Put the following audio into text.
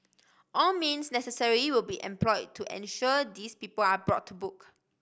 all means necessary will be employed to ensure these people are brought to book